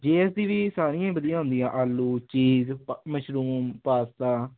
ਜੀ S T ਵੀ ਸਾਰੀਆਂ ਵਧੀਆ ਹੁੰਦੀਆਂ ਆਲੂ ਚੀਜ਼ ਮਸ਼ਰੂਮ ਪਾਸਾ